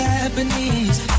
Japanese